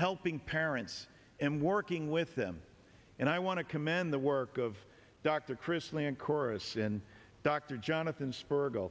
helping parents and working with them and i want to commend the work of dr chris lee in chorus and dr jonathan sper go